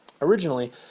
Originally